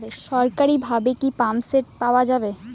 সরকারিভাবে কি পাম্পসেট পাওয়া যায়?